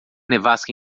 nevasca